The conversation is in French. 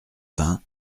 vingt